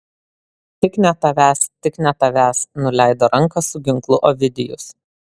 tik ne tavęs tik ne tavęs nuleido ranką su ginklu ovidijus